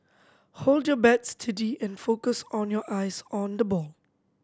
hold your bat steady and focus on your eyes on the ball